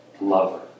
lover